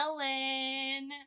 Ellen